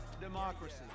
democracy